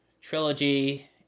trilogy